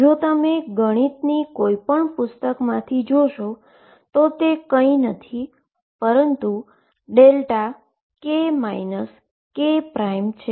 જો તમે ગણિતની કોઈપણ પુસ્તકમાંથી જોશો તો કાંઈ નથી પરંતુ δk k છે